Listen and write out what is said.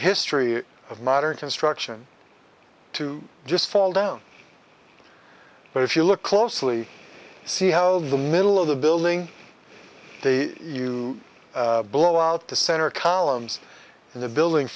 history of modern construction to just fall down but if you look closely see how the middle of the building the you blow out the center columns and the building